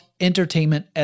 Entertainment